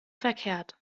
verkehrt